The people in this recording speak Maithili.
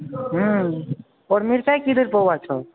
हुँ आओर मिरचाइ कतेक रुपैए पौआ छौ